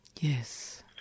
Yes